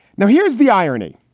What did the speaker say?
now, here's the irony,